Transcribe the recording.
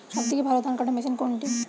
সবথেকে ভালো ধানকাটা মেশিন কোনটি?